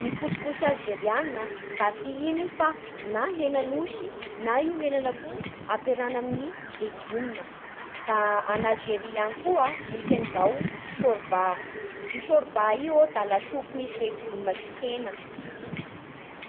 Ny couscous alzeriana a da tsy ino fa na henan'osy na io henan'akoho ampiarahana amin'ny legioma. Da agny Alzeria agny koa misy an'izao sôrba. Io sôrba iô da lasopy misy legioma sy hena.